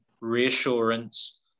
reassurance